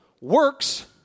works